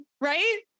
right